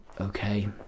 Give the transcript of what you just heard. okay